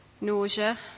nausea